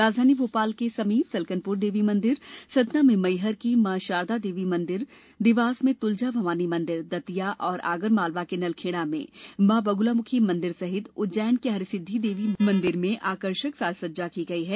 राजधानी भोपाल के समीप सलकनपुर देवी मंदिर सतना में मैहर की मां शारदा देवी मंदिर देवास में तुलजा भवानी मंदिर दतिया और आगरमालवा के नलखेड़ा में मां बगलामुखी मंदिर सहित उज्जैन के हरसिद्वि देवी मंदिर में आकर्षक साजसज्जा की गई है